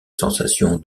sensation